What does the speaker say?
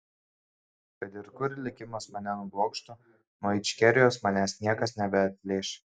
kad ir kur likimas mane nublokštų nuo ičkerijos manęs niekas nebeatplėš